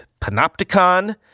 panopticon